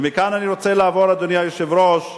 ומכאן אני רוצה לעבור, אדוני היושב-ראש,